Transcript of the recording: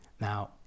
Now